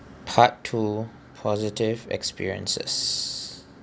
part two positive experiences